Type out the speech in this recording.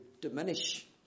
diminish